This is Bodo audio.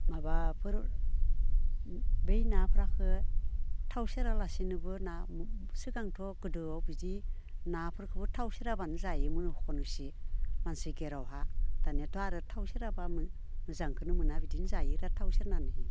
माबाफोर बै नाफ्राखो थाव सेरालासिनोबो ना सिगांथ' गोदोआव बिदि नाफोरखौबो थाव सेराबालानो जायोमोन होखनसै मानसि गिरावहा दानियाथ' आरो थाव सेराबालानो मोजांखोनो मोना बिदिनो जायो बिराद थाव सेरनानैहै